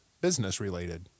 business-related